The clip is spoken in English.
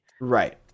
right